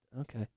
Okay